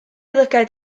lygaid